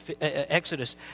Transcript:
Exodus